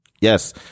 yes